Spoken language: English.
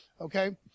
okay